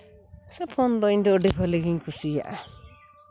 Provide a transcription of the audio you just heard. ᱥᱮ ᱯᱷᱳᱱ ᱫᱚ ᱤᱧᱫᱚ ᱟᱹᱰᱤ ᱵᱷᱟᱹᱞᱤ ᱜᱤᱧ ᱠᱩᱥᱤᱭᱟᱜᱼᱟ